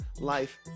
life